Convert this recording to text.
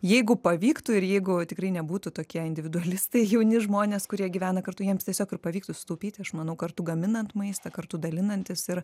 jeigu pavyktų ir jeigu tikrai nebūtų tokie individualistai jauni žmonės kurie gyvena kartu jiems tiesiog ir pavyktų sutaupyti aš manau kartu gaminant maistą kartu dalinantis ir